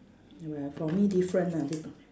w~ ya for me different ah